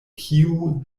kiu